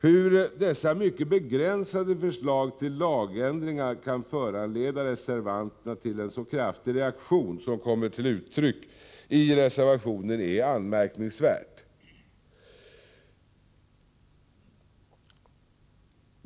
Att dessa mycket begränsade förslag till lagändringar kan föranleda en så kraftig reaktion av reservanterna som kommit till uttryck i reservationen är anmärkningsvärt.